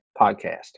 podcast